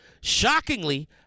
Shockingly